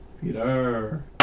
Peter